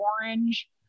orange